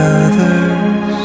others